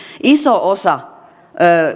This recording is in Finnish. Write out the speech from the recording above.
iso osa